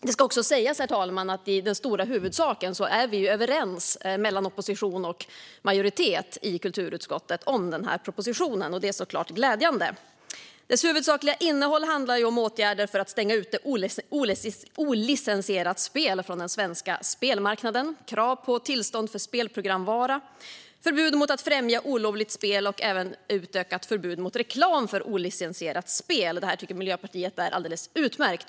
Det ska också sägas, herr talman, att vi i det stora hela är överens mellan opposition och majoritet i kulturutskottet om denna proposition. Det är såklart glädjande. Dess huvudsakliga innehåll handlar om åtgärder för att stänga ute olicensierat spel från den svenska spelmarknaden, krav på tillstånd för spelprogramvara, förbud mot att främja olovligt spel och även utökat förbud mot reklam för olicensierat spel. Detta tycker Miljöpartiet är alldeles utmärkt.